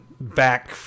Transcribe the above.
back